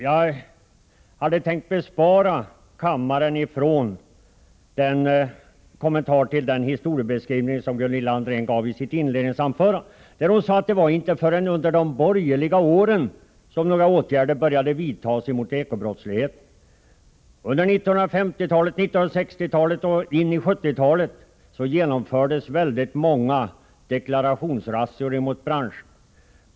Jag hade tänkt bespara kammaren kommentarerna till den historieskrivning som Gunilla André gjorde i sitt inledningsanförande, där hon sade att det inte var förrän under de borgerliga åren som några åtgärder började vidtas mot eko-brottsligheten. Men jag måste ändå påpeka att det under 1950-talet, 1960-talet och in på 1970-talet genomfördes väldigt många deklarationsrazzior mot olika branscher.